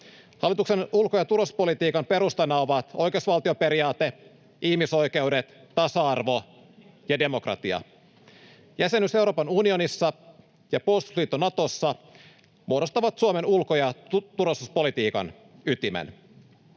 Hallituksen ulko- ja turvallisuuspolitiikan perustana ovat oikeusvaltioperiaate, ihmisoikeudet, tasa-arvo ja demokratia. Jäsenyys Euroopan unionissa ja puolustusliitto Natossa muodostavat Suomen ulko- ja turvallisuuspolitiikan ytimen.